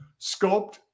Sculpt